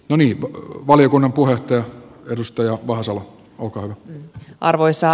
moni valiokunnan puhtia edustaja vahasalo mukaan arvoissa